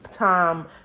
time